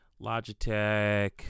Logitech